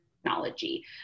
technology